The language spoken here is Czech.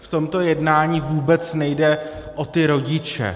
V tomto jednání vůbec nejde o ty rodiče.